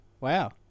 Wow